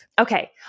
Okay